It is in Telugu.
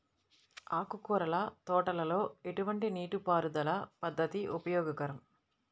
ఆకుకూరల తోటలలో ఎటువంటి నీటిపారుదల పద్దతి ఉపయోగకరం?